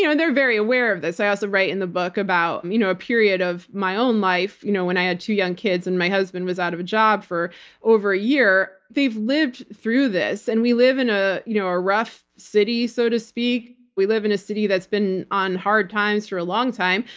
you know they're very aware of this. i also write in the book about you know a period of my own life, you know when i had two young kids and my husband was out of a job for over a year, they've lived through this. and we live in a you know a rough city, so to speak, we live in a city that's been on hard times for a long time.